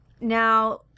Now